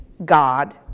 God